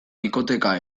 bikoteka